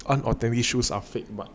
unaltering shoes are fake